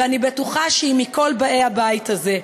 ואני בטוחה שהיא מכל באי הבית הזה,